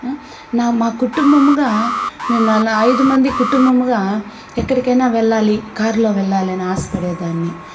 నా మా కుటుంబము నేను అలా ఐదు మంది కుటుంబము ఎక్కడికైనా వెళ్ళాలి కార్లో వెళ్ళాలని ఆశపడేదాన్ని